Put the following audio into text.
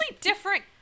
different